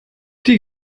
die